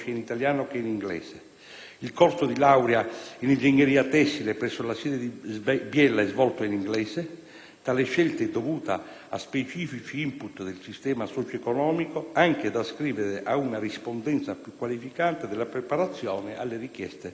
il corso di laurea in ingegneria tessile presso la sede di Biella è svolto in inglese; tale scelta è dovuta a specifici *input* del sistema socioeconomico anche da ascrivere ad una rispondenza più qualificante della preparazione alle richieste di mercato.